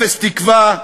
אפס תקווה,